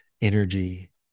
energy